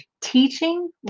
teaching